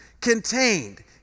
contained